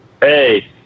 Hey